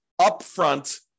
upfront